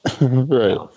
Right